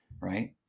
right